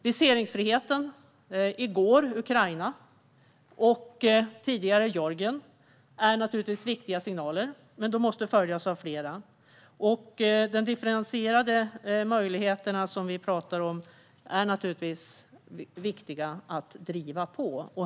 Viseringsfriheten - i går för Ukraina och tidigare för Georgien - är naturligtvis viktiga signaler, men de måste följas av fler. De differentierade möjligheter som vi pratar om är naturligtvis viktiga att driva på för.